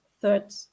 third